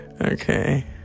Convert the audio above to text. Okay